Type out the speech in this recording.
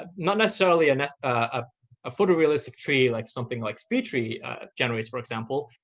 ah not necessarily and ah a photorealistic tree, like something like speedtree generates, for example.